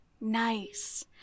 Nice